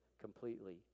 completely